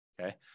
Okay